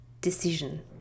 decision